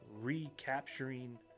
recapturing